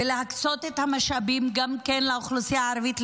להקצות את המשאבים גם לאוכלוסייה הערבית,